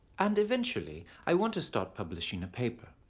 and eventually i want to start publishing a paper,